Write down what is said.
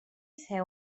ser